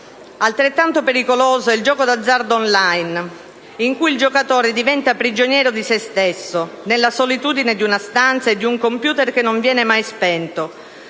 Altrettanto pericoloso è il gioco d'azzardo *online*, in cui il giocatore diventa prigioniero di se stesso nella solitudine di una stanza e di un computer che non viene mai spento.